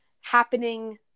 happening